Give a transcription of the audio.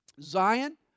Zion